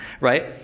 right